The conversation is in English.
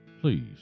Please